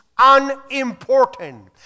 unimportant